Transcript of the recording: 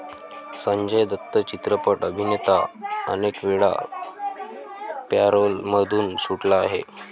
संजय दत्त चित्रपट अभिनेता अनेकवेळा पॅरोलमधून सुटला आहे